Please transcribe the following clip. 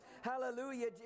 hallelujah